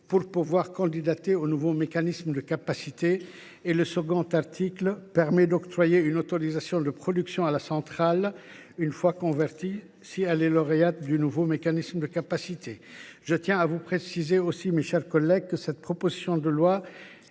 permettra de candidater au nouveau mécanisme de capacité. Le deuxième article permet d’octroyer une autorisation de production à la centrale à charbon une fois convertie, si elle est lauréate du nouveau mécanisme de capacité. Je tiens à vous préciser, mes chers collègues, que cette proposition de loi